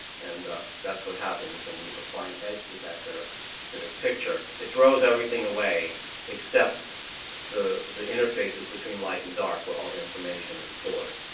and that's what happens when you apply an edge detector to this picture. it throws everything away except the the interfaces between light and dark where all the information is stored.